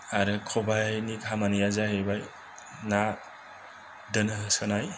आरो खबाइनि खामानिया जाहैबाय ना दोननो सोनाय